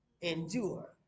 endure